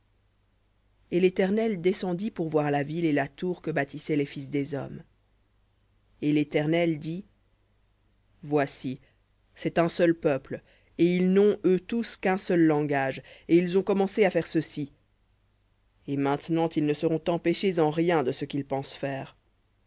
et l'éternel descendit pour voir la ville et la tour que bâtissaient les fils des hommes et l'éternel dit voici c'est un seul peuple et ils n'ont eux tous qu'un seul langage et ils ont commencé à faire ceci et maintenant ils ne seront empêchés en rien de ce qu'ils pensent faire